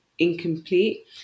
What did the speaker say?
incomplete